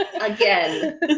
again